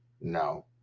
No